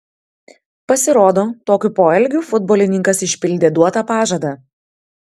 pasirodo tokiu poelgiu futbolininkas išpildė duotą pažadą